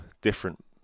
different